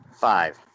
Five